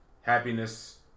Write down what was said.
Happiness